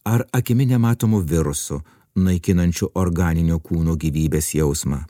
ar akimi nematomu virusu naikinančiu organinio kūno gyvybės jausmą